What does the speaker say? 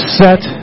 set